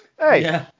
Hey